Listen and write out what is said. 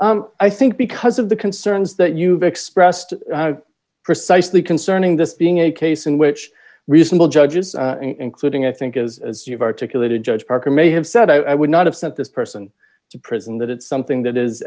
why i think because of the concerns that you've expressed precisely concerning this being a case in which reasonable judges including i think as you've articulated judge parker may have said i would not have sent this person to prison that it's something that is